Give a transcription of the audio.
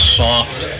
soft